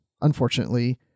unfortunately